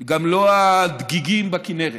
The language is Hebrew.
גם לא הדגיגים בכינרת